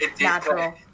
natural